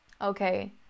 Okay